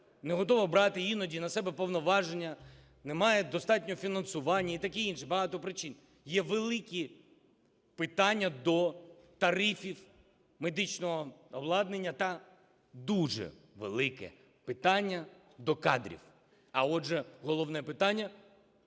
не готова брати іноді на себе повноваження, немає достатнього фінансування і таке інше, багато причин. Є великі питання до тарифів медичного обладнання та дуже велике питання до кадрів. А, отже, головне питання: